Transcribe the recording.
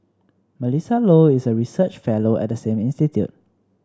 Melissa Low is a research fellow at the same institute